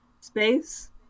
Space